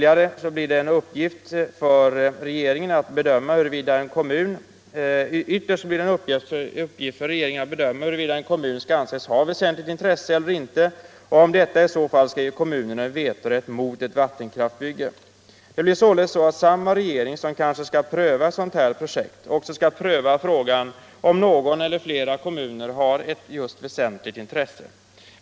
Ytterst blir det en uppgift för regeringen att bedöma huruvida en kommun skall anses ha ”väsentligt intresse” eller inte och om detta i så fall skall ge kommunen vetorätt mot ett vattenkraftsbygge. Det blir således så att samma regering som kanske skall pröva ett sådant här projekt också skall pröva om någon kommun eller flera kommuner har ett väsentligt intresse.